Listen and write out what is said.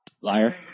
Liar